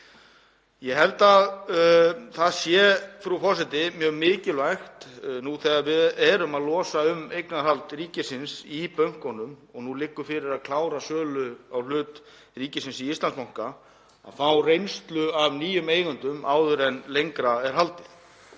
forseti, að það sé mjög mikilvægt nú þegar við erum að losa um eignarhald ríkisins í bönkunum og nú þegar liggur fyrir að klára sölu á hlut ríkisins í Íslandsbanka, að fá reynslu af nýjum eigendum áður en lengra er haldið.